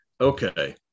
Okay